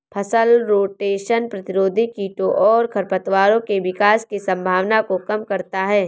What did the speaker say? फसल रोटेशन प्रतिरोधी कीटों और खरपतवारों के विकास की संभावना को कम करता है